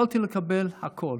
יכולתי לקבל הכול,